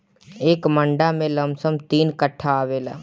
एक मंडा में लमसम तीन कट्ठा आवेला